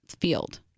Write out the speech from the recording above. field